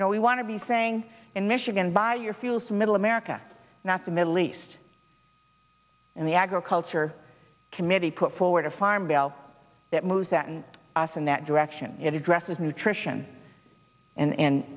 you know we want to be saying in michigan buy your fuel for middle america not the middle east and the agriculture committee put forward a farm bill that moves that and us in that direction it addresses nutrition and